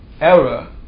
error